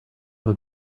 have